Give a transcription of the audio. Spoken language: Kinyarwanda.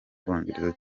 bwongereza